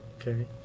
Okay